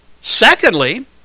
Secondly